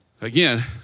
Again